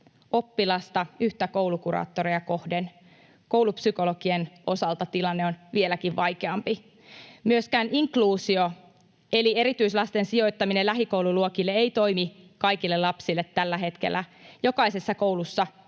oppilasta yhtä koulukuraattoria kohden. Koulupsykologien osalta tilanne on vieläkin vaikeampi. Myöskään inkluusio eli erityislasten sijoittaminen lähikoululuokille ei toimi kaikille lapsille tällä hetkellä. Jokaisessa koulussa